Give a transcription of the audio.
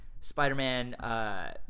Spider-Man